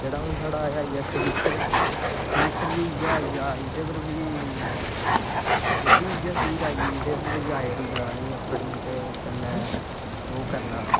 जेह्ड़ा साढ़ा हून एह् आइयै टविटर टविटर बी इ'यै आइया एह्दे पर बी एह् बी इ'यै चीज आई गेई आई डी बनानी अपनी ते ओह् करना